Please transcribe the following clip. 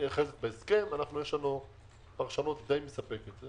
נאחזת בהסכם, יש לנו פרשנות די מספקת.